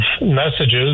messages